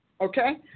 Okay